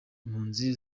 impunzi